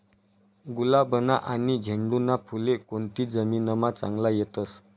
गुलाबना आनी झेंडूना फुले कोनती जमीनमा चांगला येतस?